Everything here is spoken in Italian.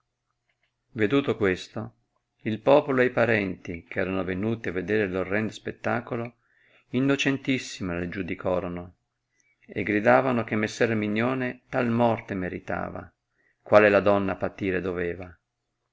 veduto questo il popolo ed i parenti che erano venuti a vedere l orrendo spettacolo innocentissima la giudicorono e gridavano che messer erminione tal morte meritava quale la donna patire doveva